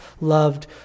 loved